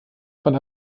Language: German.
von